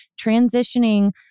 transitioning